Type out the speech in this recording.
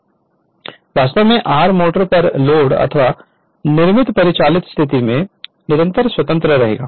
Refer Slide Time 1326 वास्तव में r motor पर लोड निर्मित परिचालन स्थिति के निरंतर स्वतंत्र रहेगा